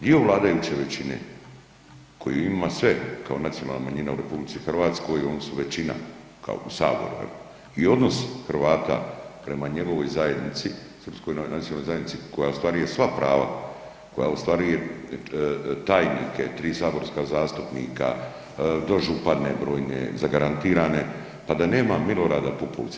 Dio vladajuće većine koji ima sve kao nacionalna manjina u RH oni su većina kao u saboru jel i odnos Hrvata prema njegovoj zajednici Srpskoj nacionalnoj zajednici koja ostvaruje sva prava, koja ostvaruje tajnike, 3 saborska zastupnika, dožupane brojne, zagarantirane, pa da nema Milorada Pupovca.